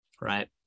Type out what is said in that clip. Right